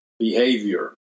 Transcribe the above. Behavior